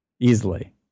Easily